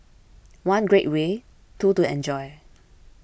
one great way two to enjoy